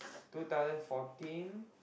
two thousand fourteen